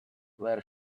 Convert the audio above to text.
where